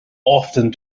often